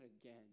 again